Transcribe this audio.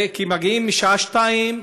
הם מגיעים לשם בשעה 02:00,